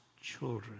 children